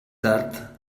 tard